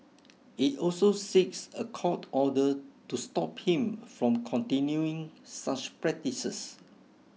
it also seeks a court order to stop him from continuing such practices